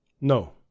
No